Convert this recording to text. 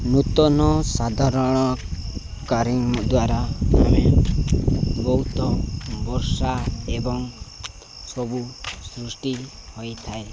ନୂତନ ସାଧାରଣକାରୀ ଦ୍ୱାରା ଆମେ ବହୁତ ବର୍ଷା ଏବଂ ସବୁ ସୃଷ୍ଟି ହୋଇଥାଏ